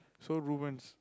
so ruins